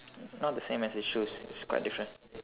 not the same as his shoes it's quite different